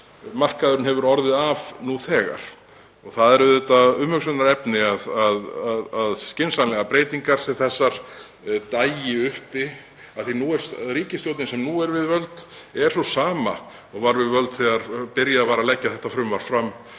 markaðurinn hefur orðið af nú þegar. Það er auðvitað umhugsunarefni að skynsamlegar breytingar sem þessar dagi uppi af því að nú er ríkisstjórnin sem er við völd sú sama og var við völd þegar byrjað var að leggja þetta frumvarp fram